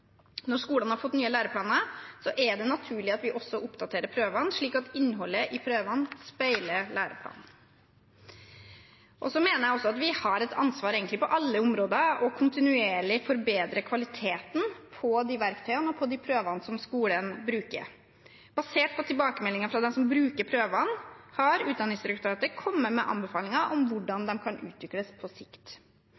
Når skolene har fått nye læreplaner, er det naturlig at vi også oppdaterer prøvene, slik at innholdet i prøvene speiler læreplanen. Jeg mener også at vi egentlig har et ansvar på alle områder for kontinuerlig å forbedre kvaliteten på de verktøyene og prøvene som skolen bruker. Basert på tilbakemeldinger fra de som bruker prøvene, har Utdanningsdirektoratet kommet med anbefalinger om hvordan